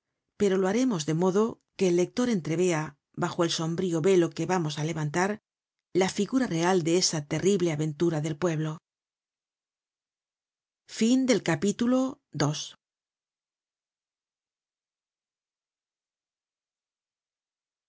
pero lo haremos de modo que el lector entrevea bajo el sombrío velo que vamos á levantar la figura real de esa terrible aventura del pueblo content from